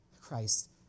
Christ